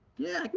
yeah,